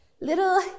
little